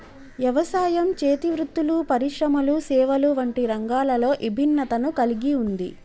యవసాయం, చేతి వృత్తులు పరిశ్రమలు సేవలు వంటి రంగాలలో ఇభిన్నతను కల్గి ఉంది